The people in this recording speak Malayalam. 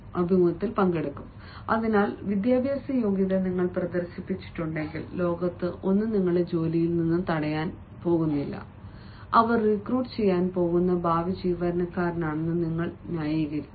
നിങ്ങളുടെ വിദ്യാഭ്യാസ യോഗ്യത നിങ്ങൾ പ്രദർശിപ്പിച്ചിട്ടുണ്ടെങ്കിൽ ലോകത്ത് ഒന്നും നിങ്ങളെ ജോലിയിൽ നിന്ന് തടയാൻ പോകുന്നില്ല അവർ റിക്രൂട്ട് ചെയ്യാൻ പോകുന്ന ഭാവി ജീവനക്കാരനാണെന്ന് നിങ്ങൾ ന്യായീകരിച്ചു